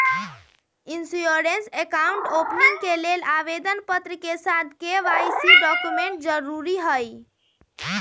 insurance account opening के लेल आवेदन पत्र के साथ के.वाई.सी डॉक्यूमेंट जरुरी हइ